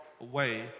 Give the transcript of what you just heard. away